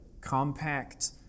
compact